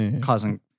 causing